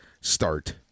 start